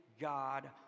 God